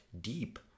deep